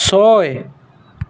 ছয়